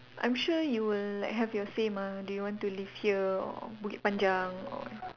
I'm sure you will like have your say mah do you want to live here or Bukit-Panjang or